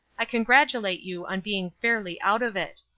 i congratulate you on being fairly out of it.